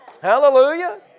Hallelujah